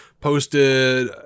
posted